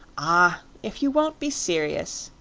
ah! if you won't be serious,